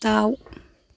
दाव